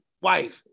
wife